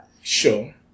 Sure